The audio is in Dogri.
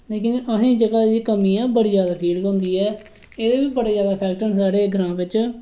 लेकिन असें गी जेह्का कमी ऐ बड़ी ज्यादा फील होंदी ऐ एहदे बी बड़े ज्यादा फैक्ट ना साढे ग्रां च